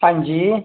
हां जी